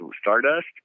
Stardust